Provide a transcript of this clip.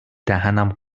دهنم